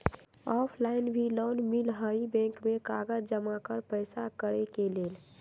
Offline भी loan मिलहई bank में कागज जमाकर पेशा करेके लेल?